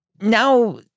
now